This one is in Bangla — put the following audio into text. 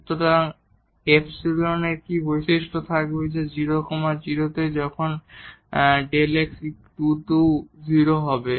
সুতরাং এই ϵ এর কী বৈশিষ্ট্য থাকবে যা এই 0 0 এ যাবে যখন Δ x → 0 হবে